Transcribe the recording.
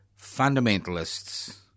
fundamentalists